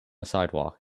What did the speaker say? sidewalk